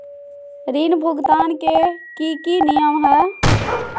ऋण भुगतान के की की नियम है?